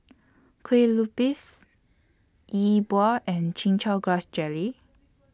Kue Lupis Yi Bua and Chin Chow Grass Jelly